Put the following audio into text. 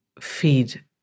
feed